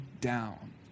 down